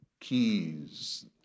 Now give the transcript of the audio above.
keys